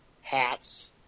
hats